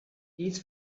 dies